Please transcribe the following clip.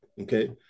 Okay